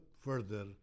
further